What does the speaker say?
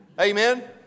Amen